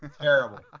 Terrible